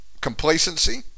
complacency